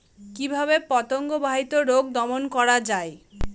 কিভাবে পতঙ্গ বাহিত রোগ দমন করা যায়?